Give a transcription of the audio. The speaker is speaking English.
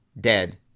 dead